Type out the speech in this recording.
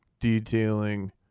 detailing